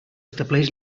estableix